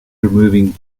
removing